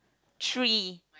three